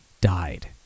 died